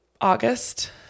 August